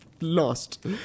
lost